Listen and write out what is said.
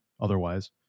otherwise